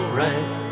right